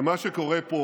מה שקורה פה